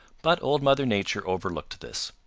but old mother nature overlooked this.